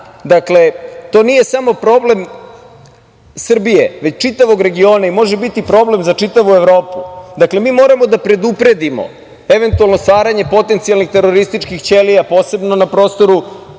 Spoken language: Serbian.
Dakle, to nije samo problem Srbije već čitavog regiona, i može biti problem za čitavu Evropu. Mi moramo da predupredimo, eventualno stvaranje potencijalnih terorističkih ćelija, posebno na prostoru